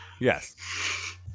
Yes